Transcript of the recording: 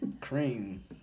Cream